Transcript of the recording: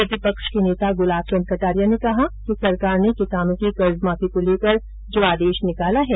प्रतिपक्ष के नेता गुलाबचन्द कटारिया ने कहा कि सरकार ने किसानों की कर्जमाफी को लेकर जो आदेश निकाला है